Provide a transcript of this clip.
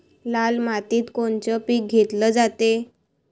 लाल मातीत कोनचं पीक घेतलं जाते?